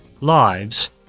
Lives